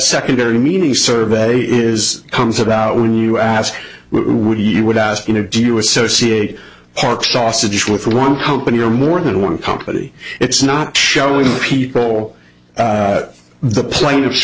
secondary meaning survey is comes about when you ask who would you would ask you know do you associate parks sausage with one company or more than one company it's not showing people the plaintiff